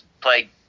play